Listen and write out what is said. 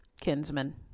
kinsman